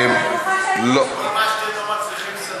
כל מה שאתם לא מצליחים לסדר,